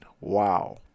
Wow